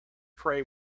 prey